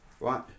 right